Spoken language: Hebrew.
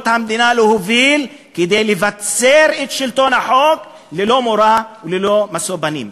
המדינה להוביל כדי לבצר את שלטון החוק ללא מורא וללא משוא פנים.